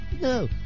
No